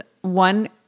one